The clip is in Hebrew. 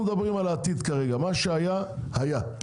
אנחנו מדברים על העתיד כרגע, מה שהיה היה.